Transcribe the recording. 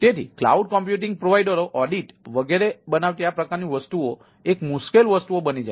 તેથી cloud computing પ્રોવાઇડરઓ audit વગેરે બનાવતી આ પ્રકારની વસ્તુઓ એક મુશ્કેલ વસ્તુઓ બની જાય છે